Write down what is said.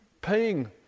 paying